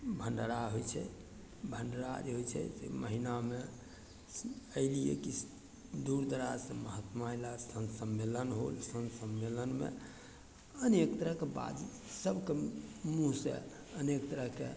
भण्डरा होइ छै भण्डरा जे होइ छै से महीनामे अइ लिए कि दूर दराजसँ महात्मा अयला सन्त सम्मेलन होल सन्त सम्मेलनमे अनेक तरहके बात सबके मुँहसँ अनेक तरहके